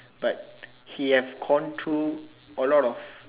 but he have gone through a lot of